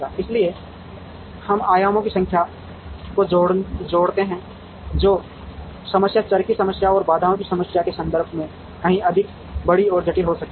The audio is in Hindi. इसलिए हम आयामों की संख्या को जोड़ते हैं जो समस्या चर की संख्या और बाधाओं की संख्या के संदर्भ में कहीं अधिक बड़ी और जटिल हो जाती है